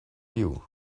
you